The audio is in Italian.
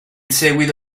seguito